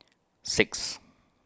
six